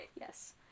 Yes